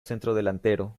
centrodelantero